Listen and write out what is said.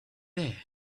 there